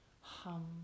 hum